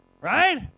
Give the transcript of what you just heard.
Right